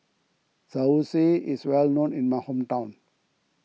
Zosui is well known in my hometown